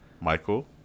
Michael